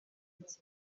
bye